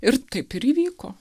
ir taip ir įvyko